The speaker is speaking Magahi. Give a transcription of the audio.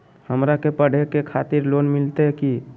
हमरा के पढ़े के खातिर लोन मिलते की?